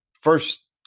first